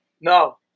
No